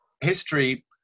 history